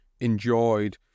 enjoyed